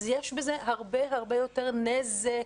יש בזה הרבה הרבה יותר נזק.